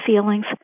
feelings